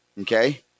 Okay